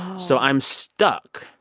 so i'm stuck.